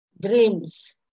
dreams